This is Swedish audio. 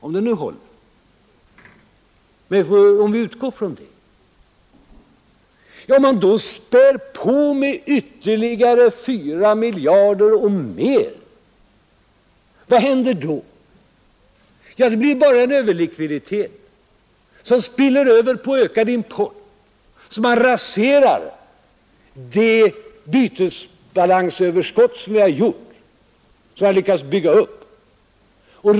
Om vi utgår ifrån att den håller och sedan spär på med ytterligare 4 miljarder kronor eller mer, vad händer då? Det blir en överlikviditet, som medför en ökad import, varigenom det bytesbalansöverskott raseras som vi har lyckats bygga upp.